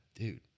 Dude